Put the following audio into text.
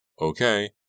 Okay